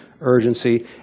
urgency